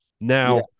Now